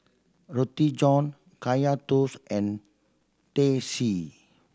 Roti John Kaya Toast and Teh C